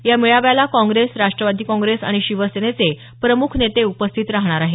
या मेळाव्याला काँग्रेस राष्ट्रवादी काँग्रेस आणि शिवसेनेचे प्रमुख नेते उपस्थित राहणार आहेत